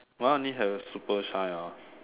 mine only have super shine ah